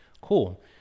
Cool